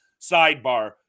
Sidebar